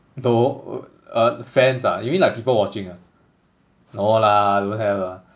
no uh fans ah you mean like people watching ah no lah don't have lah